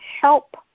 help